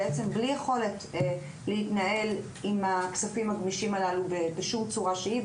בלי יכולת להתנהל עם הכספים הגמישים הללו בשום צורה שהיא.